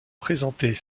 présentées